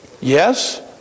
Yes